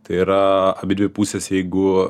tai yra abidvi pusės jeigu